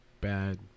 bad